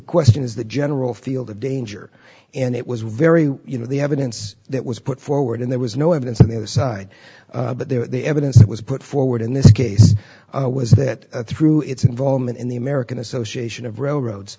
question is the general field of danger and it was very you know the evidence that was put forward and there was no evidence in the other side but there is evidence that was put forward in this case was that through its involvement in the american association of railroads